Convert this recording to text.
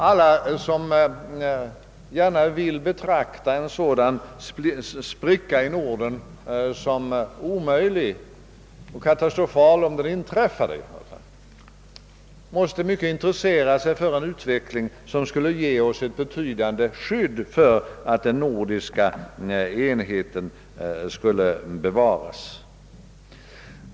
Alla som gärna vill betrakta en sådan spricka i Norden som nästan en omöjlighet och som menar, att den skulle innebära en katastrof, måste i hög grad intressera sig för en utveckling, som skulle ge oss ett betydande skydd för bevarandet av den nordiska ekonomiska enheten.